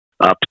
up